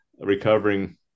recovering